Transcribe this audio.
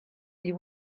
you